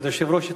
כבוד היושב-ראש,